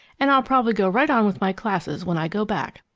and i'll probably go right on with my classes when i go back.